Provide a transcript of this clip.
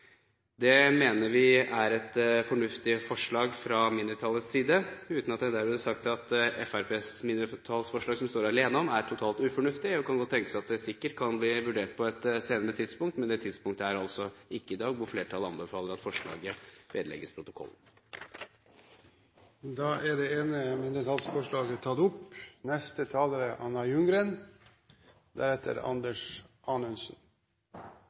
Det mener vi er et fornuftig forslag, uten at det derved er sagt at Fremskrittspartiets mindretallsforslag, som de står alene om, er totalt ufornuftig. Det kan godt tenkes at det kan bli vurdert på et senere tidspunkt, men det tidspunktet er altså ikke i dag – og flertallet anbefaler at forslaget vedlegges protokollen. Representanten André Oktay Dahl har tatt opp det forslaget